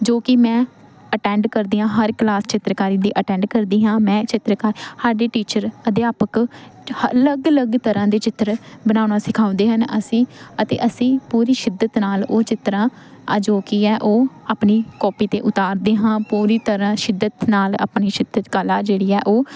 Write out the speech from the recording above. ਜੋ ਕਿ ਮੈਂ ਅਟੈਂਡ ਕਰਦੀ ਹਾਂ ਹਰ ਕਲਾਸ ਚਿੱਤਰਕਾਰੀ ਦੀ ਅਟੈਂਡ ਕਰਦੀ ਹਾਂ ਮੈਂ ਚਿੱਤਰਕਾਰ ਸਾਡੀ ਟੀਚਰ ਅਧਿਆਪਕ ਅਲੱਗ ਅਲੱਗ ਤਰ੍ਹਾਂ ਦੇ ਚਿੱਤਰ ਬਣਾਉਣਾ ਸਿਖਾਉਂਦੇ ਹਨ ਅਸੀਂ ਅਤੇ ਅਸੀਂ ਪੂਰੀ ਸ਼ਿੱਦਤ ਨਾਲ ਉਹ ਚਿੱਤਰਾਂ ਆ ਜੋ ਕਿ ਹੈ ਉਹ ਆਪਣੀ ਕੋਪੀ 'ਤੇ ਉਤਾਰਦੇ ਹਾਂ ਪੂਰੀ ਤਰ੍ਹਾਂ ਸ਼ਿੱਦਤ ਨਾਲ ਆਪਣੀ ਸ਼ਿੱਦਤ ਕਲਾ ਜਿਹੜੀ ਹੈ ਉਹ